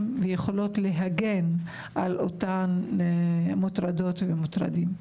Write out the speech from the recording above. ויכולות להגן על אותן מוטרדות ומוטרדים.